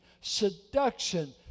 seduction